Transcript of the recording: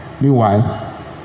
Meanwhile